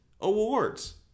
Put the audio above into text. awards